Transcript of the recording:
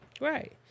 Right